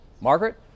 Margaret